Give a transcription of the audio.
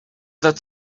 that